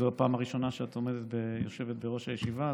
זו הפעם הראשונה שאת יושבת בראש הישיבה,